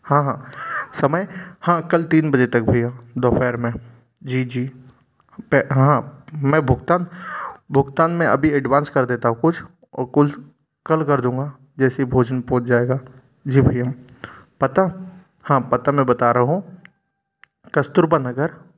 हाँ हाँ समय हाँ कल तीन बजे तक भैया दोपहर में जी जी हाँ मैं भुगतान भुगतान मैं अभी एडवांस कर देता हूँ कुछ और कुछ कल कर दूँगा जैसे ही भोजन पहुंच जाएगा जी भैया पता हाँ पता मैं बतारा हूँ कस्तूरबा नगर